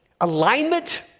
alignment